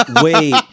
Wait